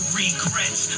regrets